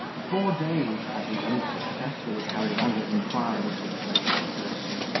four days had he unsuccessfully carried on his inquiries with great accuracy,